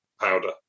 powder